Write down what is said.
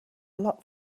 lot